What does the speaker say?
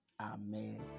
amen